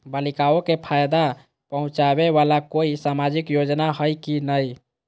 बालिकाओं के फ़ायदा पहुँचाबे वाला कोई सामाजिक योजना हइ की नय?